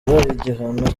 igihano